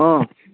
অঁ